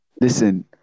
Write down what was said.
listen